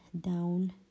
down